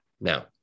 Now